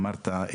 כמו שאמרת,